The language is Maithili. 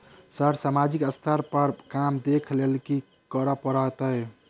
सर सामाजिक स्तर पर बर काम देख लैलकी करऽ परतै?